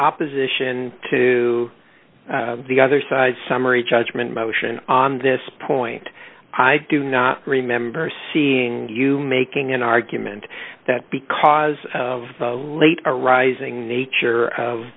opposition to the other side summary judgment motion on this point i do not remember seeing you making an argument that because of late arising nature of